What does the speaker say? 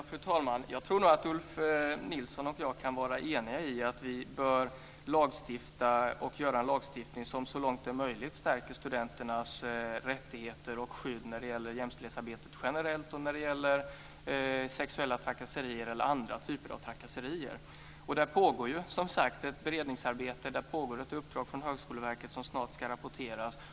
Fru talman! Jag tror nog att Ulf Nilsson och jag kan vara eniga om att vi bör utforma en lagstiftning som så långt det är möjligt stärker studenternas rättigheter och skydd när det gäller jämställdhetsarbetet generellt och när det gäller sexuella trakasserier eller andra typer av trakasserier. Och det pågår som sagt ett beredningsarbete, ett uppdrag från Högskoleverket, som snart ska rapporteras.